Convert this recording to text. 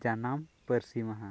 ᱡᱟᱱᱟᱢ ᱯᱟᱹᱨᱥᱤ ᱢᱟᱦᱟ